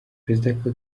perezida